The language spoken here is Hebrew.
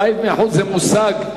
"מבית ומחוץ" זה מושג.